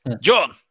John